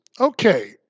okay